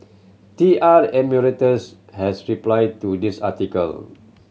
T R Emeritus has replied to this article